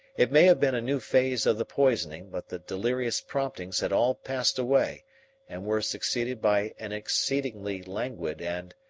it may have been a new phase of the poisoning, but the delirious promptings had all passed away and were succeeded by an exceedingly languid and,